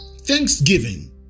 Thanksgiving